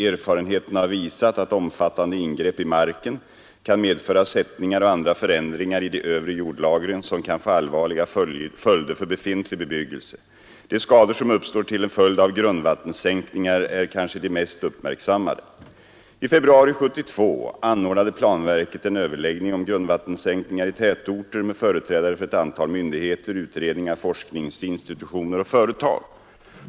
Erfarenheterna har visat att omfattande ingrepp i marken kan medföra sättningar och andra förändringar i de övre jordlagren som kan få allvarliga följder för befintlig bebyggelse. De skador som uppstår till följd av grundvattensänkningar är kanske de mest uppmärksammade. I februari 1972 anordnade planverket en överläggning om grundvattensänkningar i tätorter med företrädare för ett antal myndigheter, utredningar, forskningsinstitutioner och företag.